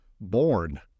born